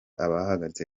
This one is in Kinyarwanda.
abahagaritse